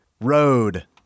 Road